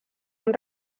amb